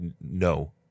no